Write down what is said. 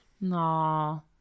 no